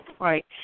Right